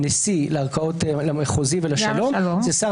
מינוי של נשיא למחוזי ולשלום זה שר